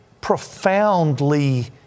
profoundly